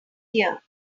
here